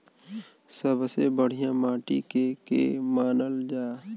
सबसे बढ़िया माटी के के मानल जा?